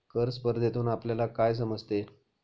कर स्पर्धेतून आपल्याला काय समजते?